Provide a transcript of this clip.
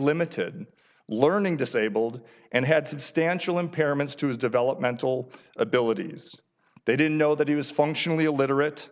limited learning disabled and had substantial impairments to his developmental abilities they didn't know that he was functionally illiterate